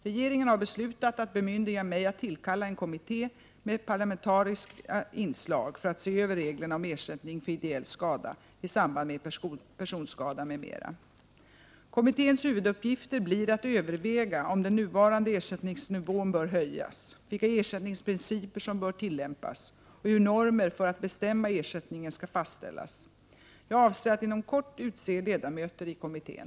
Regeringen har beslutat att bemyndiga mig att tillkalla en kommitté med parlamentariskt inslag för att se över reglerna om ersättning för ideell skada i samband med personskada m.m. Kommitténs huvuduppgifter blir att överväga om den nuvarande ersättningsnivån bör höjas, vilka ersättningsprinciper som bör tillämpas och hur normer för att bestämma ersättningen skall fastställas. Jag avser att inom kort utse ledamöter i kommittén.